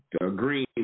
Green